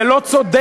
זה לא צודק,